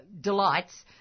delights